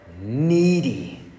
needy